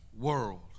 world